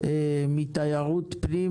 מתיירות פנים,